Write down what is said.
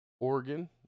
Oregon